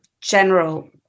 general